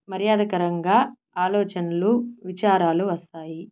మర్యాదకరంగా ఆలోచనలు విచారాలు వస్తాయి